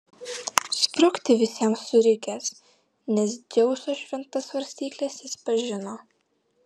sprukti visiems surikęs nes dzeuso šventas svarstykles jis pažino